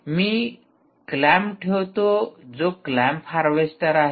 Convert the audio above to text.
मी clamp ठेवतो जो clamp harvester आहे